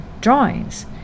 drawings